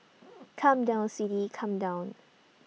come down sweetie come down